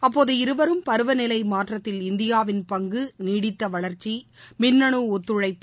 அப்போது இருவரும் பருவநிலை மாற்றத்தில் இந்தியாவின் பங்கு நீடித்த வளர்ச்சி மின்னனு ஒத்துழைப்பு